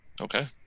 Okay